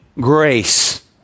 grace